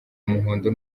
umuhondo